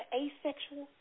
asexual